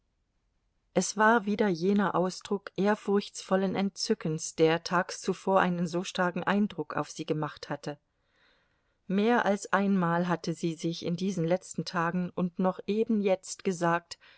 es war wieder jener ausdruck ehrfurchtsvollen entzückens der tags zuvor einen so starken eindruck auf sie gemacht hatte mehr als einmal hatte sie sich in diesen letzten tagen und noch eben jetzt gesagt